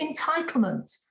entitlement